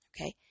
Okay